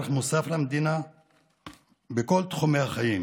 בעל ערך מוסף למדינה בכל תחומי החיים,